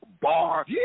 bar